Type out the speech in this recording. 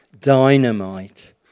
dynamite